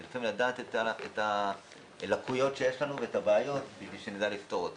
זה לדעת את הלקויות שיש לנו ואת הבעיות כדי שנדע לפתור אותן.